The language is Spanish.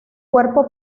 cuerpo